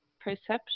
perception